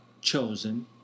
chosen